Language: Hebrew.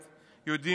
יודעים בדיוק